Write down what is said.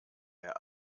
mehr